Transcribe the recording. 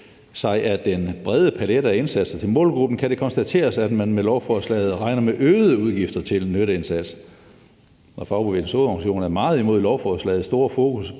sig af den brede pallette af indsatser til målgruppen, kan det konstateres, at man med lovforslaget regner med øgede udgifter til nytteindsats.« Videre lyder det: »FH er meget imod lovforslagets store fokus